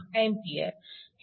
हे सोपे आहे